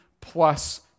plus